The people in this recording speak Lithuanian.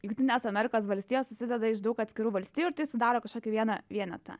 jungtinės amerikos valstijos susideda iš daug atskirų valstijų ir tai sudaro kažkokį vieną vienetą